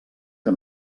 que